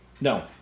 No